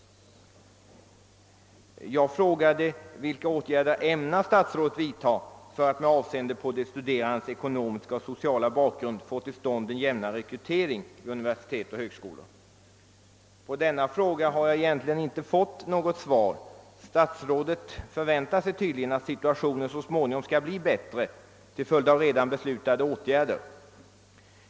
Jag frågade: »Vilka åtgärder ämnar statsrådet vidtaga för att med avseende på de studerandes ekonomiska och sociala bakgrund få till stånd en jämnare rekrytering vid universitet och högskolor?» På denna fråga har jag egentligen inte fått något svar. Statsrådet förväntar sig tydligen att situationen så småningom skall bli bättre till följd av redan beslutade åtgärder.